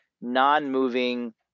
non-moving